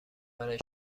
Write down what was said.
برای